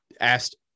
asked